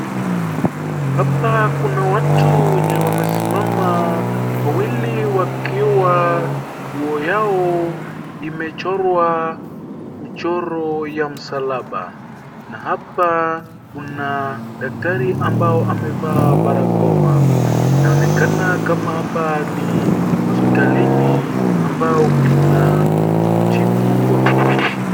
Hapa kuna watu wenye wamesimama wawili wakiwa nguo yao imechorwa michoro ya msalaba. Na hapa kuna daktari ambao amevaa barakoa. Inaonekana kama hapa ni hospitalini ambao kinatibu wagonjwa.